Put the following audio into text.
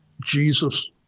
Jesus